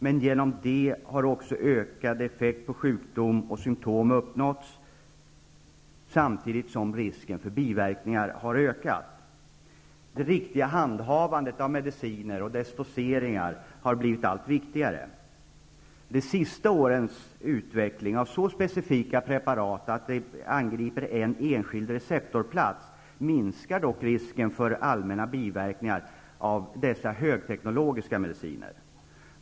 Men genom den ökade effekten på sjukdom och symtom har också riskerna för biverkningar ökat. Det riktiga handhavandet och doceringen av mediciner har blivit allt viktigare. De senaste årens utveckling av så specifika preparat att de ingriper endast på en speciell receptorplats minskar dock risken för allmänna biverkningar av dessa högteknologiska mediciner.